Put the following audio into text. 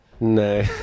No